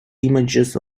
images